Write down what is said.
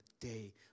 day